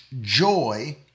joy